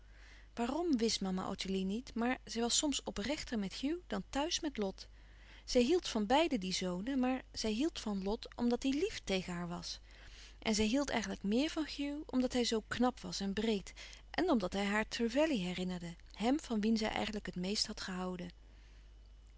waarom wist mama ottilie niet maar zij was soms oprechter met hugh dan thuis met lot zij hield van beide die zonen maar zij hield van lot omdat die lief tegen haar was en zij hield eigenlijk meer van hugh omdat hij zoo knap was en breed en omdat hij haar trevelley herinnerde hem van wien zij eigenlijk het meest had gehouden